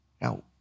now